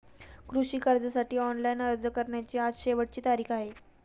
कृषी कर्जासाठी ऑनलाइन अर्ज करण्याची आज शेवटची तारीख आहे